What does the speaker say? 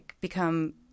become